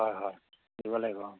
হয় হয় দিব লাগিব অঁ